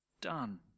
done